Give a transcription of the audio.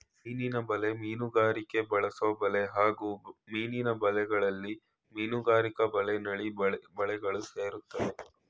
ಮೀನಿನ ಬಲೆ ಮೀನುಗಾರಿಕೆಗೆ ಬಳಸೊಬಲೆ ಹಾಗೂ ಮೀನಿನ ಬಲೆಗಳಲ್ಲಿ ಮೀನುಗಾರಿಕಾ ಬಲೆ ನಳ್ಳಿ ಬಲೆಗಳು ಸೇರ್ತವೆ